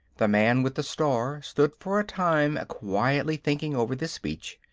the man with the star stood for a time quietly thinking over this speech.